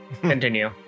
continue